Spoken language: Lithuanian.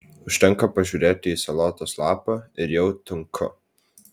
užtenka pažiūrėti į salotos lapą ir jau tunku